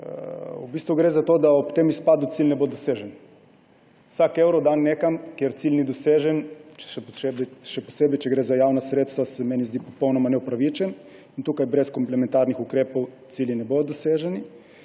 V bistvu gre za to, da ob tem izpadu cilj ne bo dosežen. Vsak evro, dan nekam, kjer cilj ni dosežen, še posebej, če gre za javna sredstva, se meni zdi popolnoma neupravičen. Tukaj brez komplementarnih ukrepov cilji ne bodo doseženi